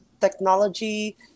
technology